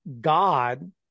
God